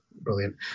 brilliant